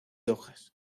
hojas